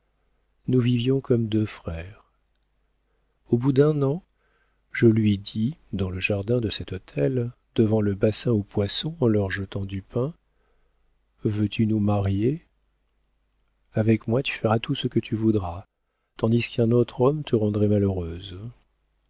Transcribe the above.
nous vivions comme deux frères au bout d'un an je lui dis dans le jardin de cet hôtel devant le bassin aux poissons en leur jetant du pain veux-tu nous marier avec moi tu feras tout ce que tu voudras tandis qu'un autre homme te rendrait malheureuse